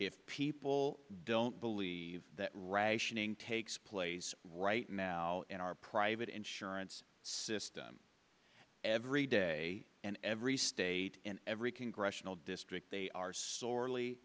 if people don't believe that rationing takes place right now in our private insurance system every day in every state in every congressional district they are sorely